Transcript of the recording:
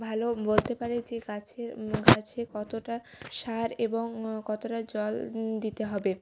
ভালো বলতে পারে যে গাছের গাছে কতটা সার এবং কতটা জল দিতে হবে